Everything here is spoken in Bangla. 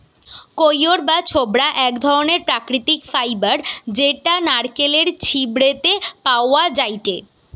কইর বা ছোবড়া এক ধরণের প্রাকৃতিক ফাইবার যেটা নারকেলের ছিবড়ে তে পাওয়া যায়টে